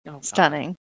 Stunning